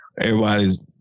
Everybody's